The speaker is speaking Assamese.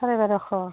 চাৰে বাৰশ